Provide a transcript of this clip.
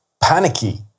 panicky